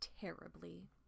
terribly